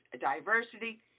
diversity